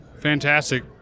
Fantastic